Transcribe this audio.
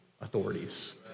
authorities